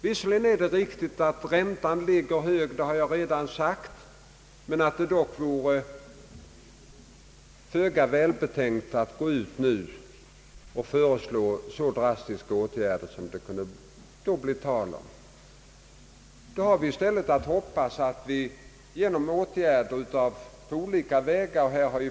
Visserligen är det riktigt att räntan är hög, det har jag redan sagt, men det vore ändå föga välbetänkt att nu föreslå så drastiska åtgärder. Vi får i stället hoppas att vi kan förbättra situationen genom olika åtgärder.